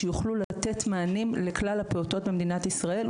שיוכלו לתת מענים לכלל הפעוטות במדינת ישראל,